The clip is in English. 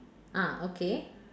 ah okay